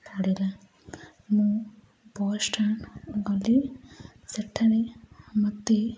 ପଡ଼ିଲା ମୁଁ ବସ୍ଷ୍ଟାଣ୍ଡ ଗଲି ସେଠାରେ ମୋତେ